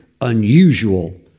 unusual